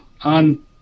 on